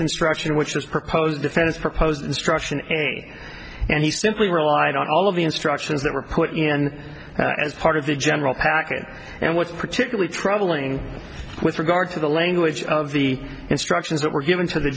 instruction which was proposed defense proposed instruction and he simply relied on all of the instructions that were put in as part of the general package and what's particularly troubling with regard to the language of the instructions that were given to the